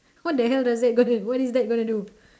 what the hell does that gonna what is that gonna do